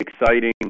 exciting